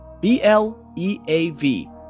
B-L-E-A-V